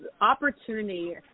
opportunity